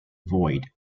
void